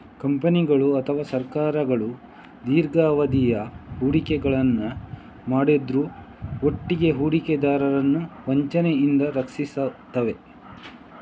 ಕಂಪನಿಗಳು ಅಥವಾ ಸರ್ಕಾರಗಳು ದೀರ್ಘಾವಧಿಯ ಹೂಡಿಕೆಗಳನ್ನ ಮಾಡುದ್ರ ಒಟ್ಟಿಗೆ ಹೂಡಿಕೆದಾರರನ್ನ ವಂಚನೆಯಿಂದ ರಕ್ಷಿಸ್ತವೆ